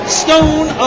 stone